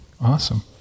Awesome